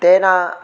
तेन